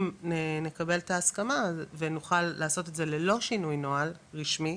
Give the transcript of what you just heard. אם נקבל את ההסכמה ונוכל לעשות את זה ללא שינוי נוהל רשמי